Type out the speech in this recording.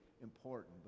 important